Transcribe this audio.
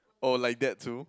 oh like that too